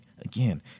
Again